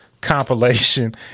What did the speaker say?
compilation